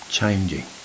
changing